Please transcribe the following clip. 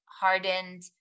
hardened